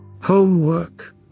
Homework